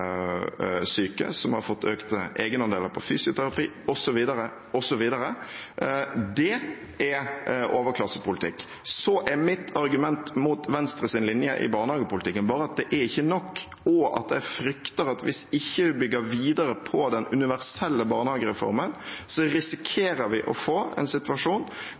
syke, som har fått økte egenandeler på fysioterapi osv., osv. Det er overklassepolitikk. Så er mitt argument mot Venstres linje i barnehagepolitikken bare at det er ikke nok, og at jeg frykter at hvis vi ikke bygger videre på den universelle barnehagereformen, risikerer vi å få en situasjon